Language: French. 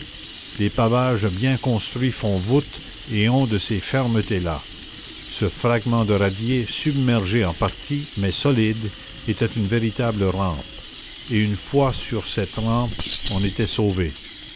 les pavages bien construits font voûte et ont de ces fermetés là ce fragment de radier submergé en partie mais solide était une véritable rampe et une fois sur cette rampe on était sauvé